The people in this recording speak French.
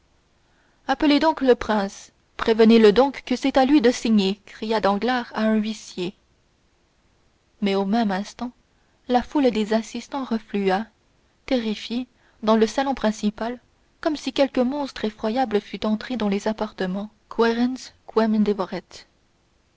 appelez donc le prince prévenez-le donc que c'est à lui de signer cria danglars à un huissier mais au même instant la foule des assistants reflua terrifiée dans le salon principal comme si quelque monstre effroyable fût entré dans les appartements quaerens quem